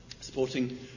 Supporting